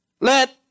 Let